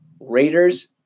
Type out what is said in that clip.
Raiders